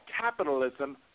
capitalism